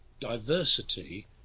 diversity